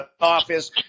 office